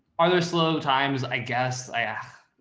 are there slow times? i guess i am,